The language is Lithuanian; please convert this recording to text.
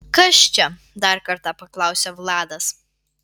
kas čia dar kartą paklausia vladas